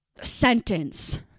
sentence